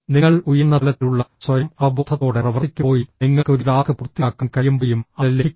നിങ്ങൾ ഉയർന്ന തലത്തിലുള്ള സ്വയം അവബോധത്തോടെ പ്രവർത്തിക്കുമ്പോയും നിങ്ങൾക്ക് ഒരു ടാസ്ക് പൂർത്തിയാക്കാൻ കഴിയുമ്പോയും അത് ലഭിക്കും